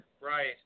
Right